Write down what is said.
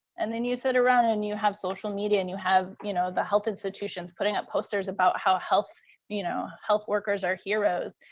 and then you sit around and you have social media and you have you know the health institutions putting up posters about how health you know health workers are heroes.